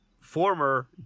former